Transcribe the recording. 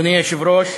אדוני היושב-ראש,